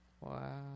Wow